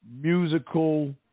musical